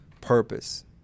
purpose